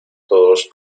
todos